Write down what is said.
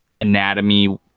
anatomy